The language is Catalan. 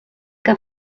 que